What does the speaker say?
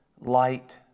Light